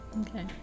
Okay